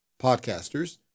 podcasters